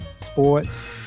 sports